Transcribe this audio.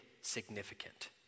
significant